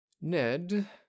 Ned